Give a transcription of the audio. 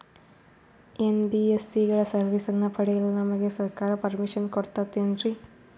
NBSC ಗಳ ಸರ್ವಿಸನ್ನ ಪಡಿಯಲು ನಮಗೆ ಸರ್ಕಾರ ಪರ್ಮಿಷನ್ ಕೊಡ್ತಾತೇನ್ರೀ?